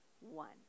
one